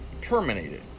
terminated